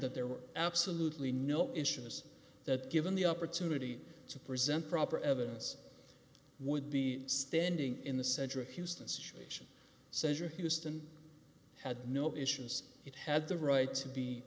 that there were absolutely no issues that given the opportunity to present proper evidence would be standing in the center of houston situation center histon had no issues it had the right to be